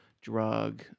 drug